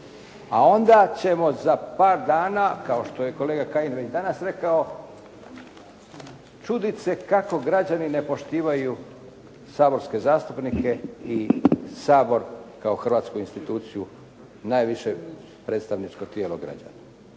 a onda ćemo za par dana kao što je kolega Kajin već danas rekao čuditi se kako građani ne poštivaju saborske zastupnike i Sabor kao hrvatsku instituciju najviše predstavničko tijelo građana.